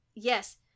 Yes